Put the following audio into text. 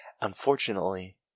unfortunately